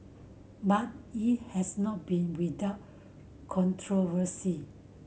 but it has not been without controversy